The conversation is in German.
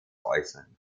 äußern